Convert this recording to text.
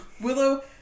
Willow